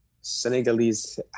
Senegalese